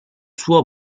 suo